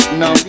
no